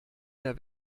der